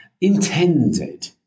intended